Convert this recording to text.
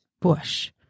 bush